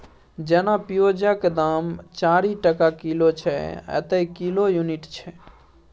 जेना पिओजक दाम चारि टका किलो छै एतय किलो युनिट छै